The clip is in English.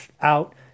Out